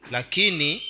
Lakini